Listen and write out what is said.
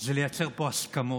זה לייצר פה הסכמות.